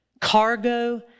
Cargo